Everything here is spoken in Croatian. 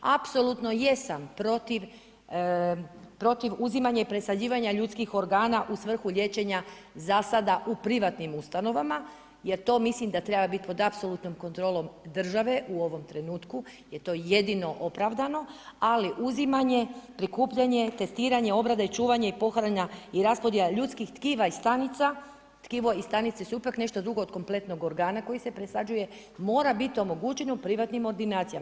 Apsolutno jesam protiv uzimanja i presađivanja ljudskih organa u svrhu liječenja za sada u privatnim ustanovama jer to mislim da treba biti pod apsolutnom kontrolom države u ovom trenutku jer to je jedino opravdano ali uzimanje, prikupljanje, testiranje, obrada i čuvanje i pohrana i raspodjela ljudskih tkiva i stanica, tkivo i stanice su ipak nešto drugo od kompletnog organa koji se presađuje mora biti omogućeno u privatnim ordinacijama.